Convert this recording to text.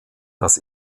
das